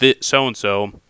so-and-so